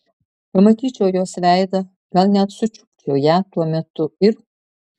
pamatyčiau jos veidą gal net sučiupčiau ją tuo metu ir